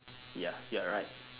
ya you're right